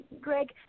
Greg